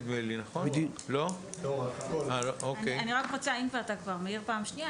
אם כבר אתה מעיר פעם שנייה,